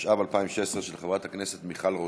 התשע"ו 2016, של חברת הכנסת מיכל רוזין.